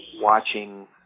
watching